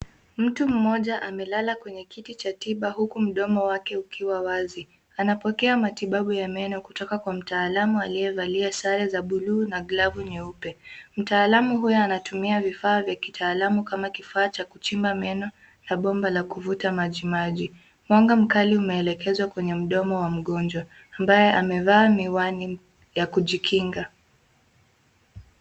Mtu mmoja amelala kwenye kiti cha tiba huku mdomo wake ukiwa wazi. Anapokea matibabu ya meno kutoka kwa mtaalamu aliyevalia sare za buluu na glavu nyeupe. Mtaalamu huyo anatumia vifaa vya kitaalamu kama: kifaa cha kuchimba meno na bomba la kuvuta maji maji. Mwanga mkali unaelekezwa kwenye mdomo wa mgonjwa ambaye amevaa miwani ya kujikinga.